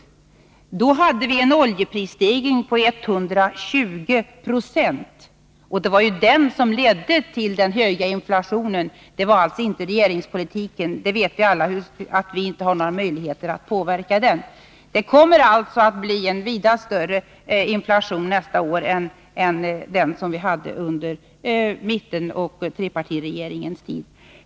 Budgetåret 1980/81 hade vi en oljeprisstegring på 120 26, och det var den som ledde till den höga inflationen, inte regeringspolitiken. Regeringen hade ju inga möjligheter att påverka den. Det kommer alltså att bli en vida större inflation nästa år än den vi hade som följd av mittenoch trepartiregeringarnas politik.